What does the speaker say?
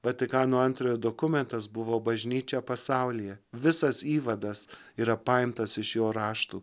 vatikano antrojo dokumentas buvo bažnyčia pasaulyje visas įvadas yra paimtas iš jo raštų